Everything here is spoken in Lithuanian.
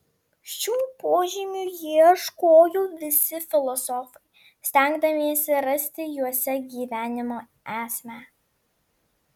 šių požymių ieškojo visi filosofai stengdamiesi rasti juose gyvenimo esmę